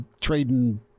trading